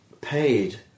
paid